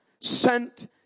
sent